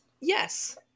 yes